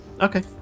Okay